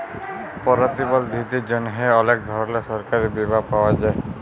পরতিবলধীদের জ্যনহে অলেক ধরলের সরকারি বীমা পাওয়া যায়